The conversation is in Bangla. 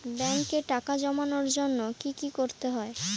ব্যাংকে টাকা জমানোর জন্য কি কি করতে হয়?